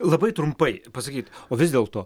labai trumpai pasakykit o vis dėlto